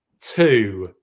two